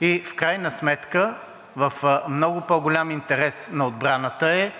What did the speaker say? и в крайна сметка в много по-голям интерес на Отбраната е